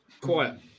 Quiet